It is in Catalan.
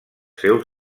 seus